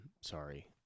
sorry